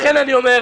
לכן אני אומר,